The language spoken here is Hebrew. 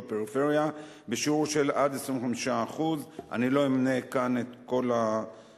בפריפריה בשיעור של עד 25%. אני לא אמנה כאן את כל הרשימה,